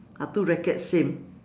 are two rackets same